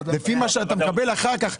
לפי מה שאתה מקבל אחר כך,